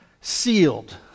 sealed